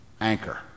anchor